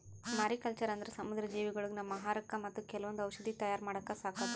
mariculture ಅಂದ್ರ ಸಮುದ್ರ ಜೀವಿಗೊಳಿಗ್ ನಮ್ಮ್ ಆಹಾರಕ್ಕಾ ಮತ್ತ್ ಕೆಲವೊಂದ್ ಔಷಧಿ ತಯಾರ್ ಮಾಡಕ್ಕ ಸಾಕದು